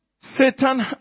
Satan